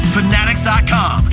Fanatics.com